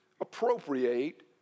appropriate